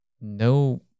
no